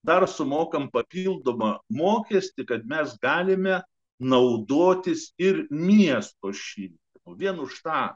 dar sumokame papildomą mokestį kad mes galime naudotis ir miesto šį vien už tą